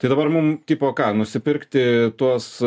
tai dabar mum tipo ką nusipirkti tuos